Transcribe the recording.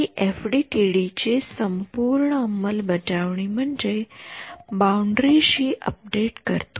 तर हि एफडीटीडी ची संपूर्ण अंमलबजावणी म्हणजे मी बाउंडरी कशी अपडेट करतो